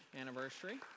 anniversary